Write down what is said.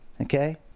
okay